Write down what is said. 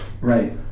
Right